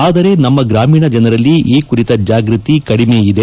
ಆದರೆ ನಮ್ಮ ಗ್ರಾಮೀಣ ಜನರಲ್ಲಿ ಈ ಕುರಿತ ಜಾಗೃತಿ ಕಡಿಮೆ ಇದೆ